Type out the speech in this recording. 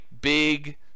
big